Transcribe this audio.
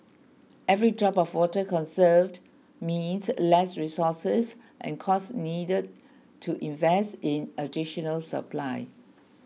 every drop of water conserved means less resources and costs needed to invest in additional supply